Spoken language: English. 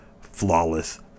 flawless